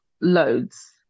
loads